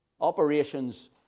operations